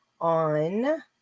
on